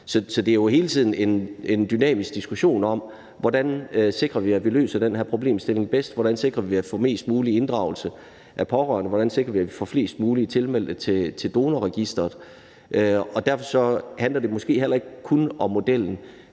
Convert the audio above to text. Så det er jo hele tiden en dynamisk diskussion om, hvordan vi sikrer, at vi løser den her problemstilling bedst. Hvordan sikrer vi, at vi får mest mulig inddragelse af de pårørende? Hvordan sikrer vi, at vi får flest mulige tilmeldte til Donorregistret? Derfor handler det måske heller ikke kun om modellen.